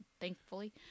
thankfully